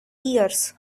years